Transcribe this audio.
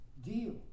deal